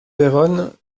vérone